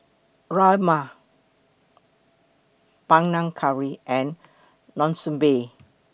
Rajma Panang Curry and Monsunabe